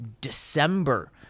December